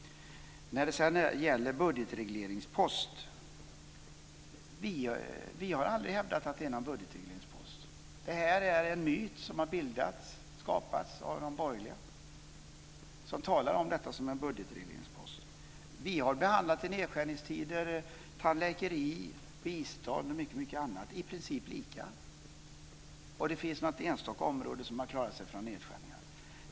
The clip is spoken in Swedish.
Vi har aldrig hävdat att biståndet är en budgetregleringspost. Det är en myt som har skapats av de borgerliga, som talar om detta som en budgetregleringspost. Vi har i nedskärningstider behandlat tandläkeri, bistånd och mycket annat i princip lika. Det finns något enstaka område som har klarat sig från nedskärningar.